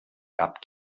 gab